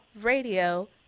Radio